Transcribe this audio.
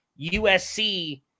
USC